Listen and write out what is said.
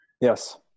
yes